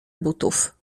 butów